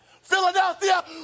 Philadelphia